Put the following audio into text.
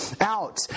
out